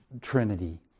Trinity